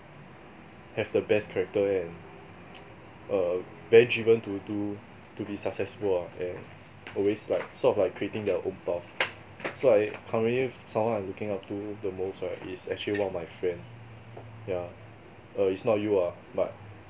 have the best character and uh very driven to do to be successful ah and always like sort of like creating their own path so I currently someone I'm looking up to the most right is actually one of my friend yeah err it's not you ah but